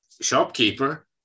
shopkeeper